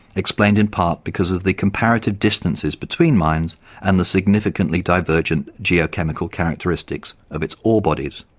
explained in part because of the comparative distances between mines and the significantly divergent geochemical characteristics of its ore bodies.